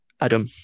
Adam